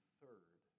third